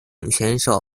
选手